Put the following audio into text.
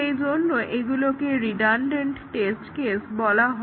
সেই জন্য এগুলোকে রিডান্ডেন্ট টেস্ট কেস বলা হয়